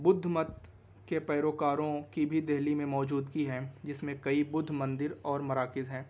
بدھ مت کے پیروکاروں کی بھی دہلی میں موجودگی ہے جس میں کئی بدھ مندر اور مراکز ہیں